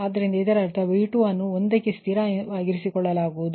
ಆದ್ದರಿಂದ ಇದರರ್ಥ V2 ಅನ್ನು 1 ಕ್ಕೆ ಸ್ಥಿರ ವಾಗಿರಿಸಿಕೊಳ್ಳಲಾಗುತ್ತದೆ